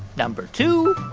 number two.